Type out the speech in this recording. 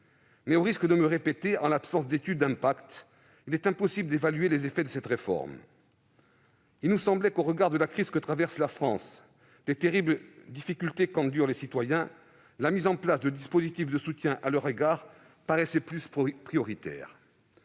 mais au risque de me répéter, il est impossible, en l'absence d'étude d'impact, d'évaluer les effets de cette réforme. Il nous semblait que, au regard de la crise que traverse la France et des terribles difficultés qu'endurent les citoyens, la mise en place de dispositifs de soutien à leur égard était plus prioritaire.